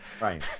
Right